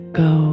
go